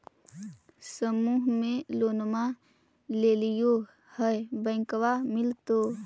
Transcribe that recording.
समुह मे लोनवा लेलिऐ है बैंकवा मिलतै?